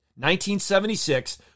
1976